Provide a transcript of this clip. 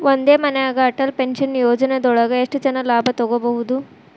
ಒಂದೇ ಮನ್ಯಾಗ್ ಅಟಲ್ ಪೆನ್ಷನ್ ಯೋಜನದೊಳಗ ಎಷ್ಟ್ ಜನ ಲಾಭ ತೊಗೋಬಹುದು?